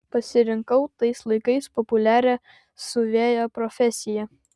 pasirinkau tais laikais populiarią siuvėjo profesiją